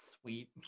Sweet